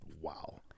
wow